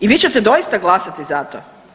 I vi ćete doista glasati za to?